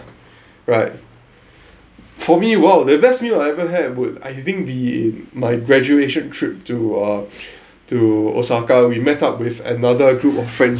right for me well the best meal I ever had I would I think the my graduation trip to uh to osaka we met up with another group of friends